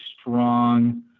strong